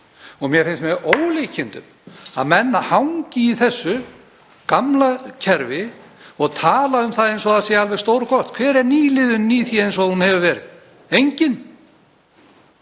út. Mér finnst með ólíkindum að menn hangi í þessu gamla kerfi og tali um það eins og það sé alveg stórgott. Hver er nýliðunin í því eins og hún hefur verið? Engin.